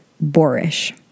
boorish